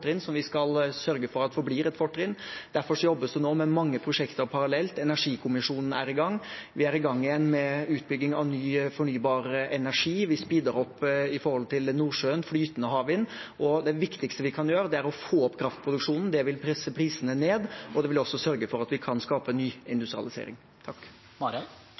fortrinn som vi skal sørge for forblir et fortrinn. Derfor jobbes det nå med mange prosjekter parallelt. Energikommisjon er i gang. Vi er i gang igjen med utbygging av ny fornybar energi, og vi speeder opp i Nordsjøen hva gjelder flytende havvind. Det viktigste vi kan gjøre, er å øke kraftproduksjonen. Det vil presse prisene ned, og det vil også sørge for at vi kan skape ny industrialisering.